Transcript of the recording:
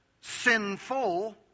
sinful